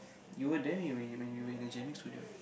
you were there when you when we when we were in the jamming studio